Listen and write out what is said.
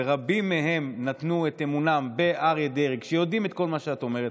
ורבים מהם נתנו את אמונם באריה דרעי כשהם יודעים את כל מה שאת אומרת?